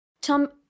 Tom